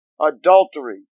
Adultery